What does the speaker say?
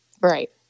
right